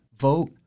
Vote